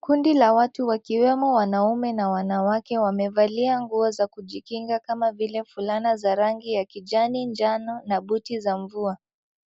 Kundi la watu wakiwemo wanaume na wanawake wamevalia nguo za kujikinga kama vile fulana za rangi ya kijani njano na buti za mvua.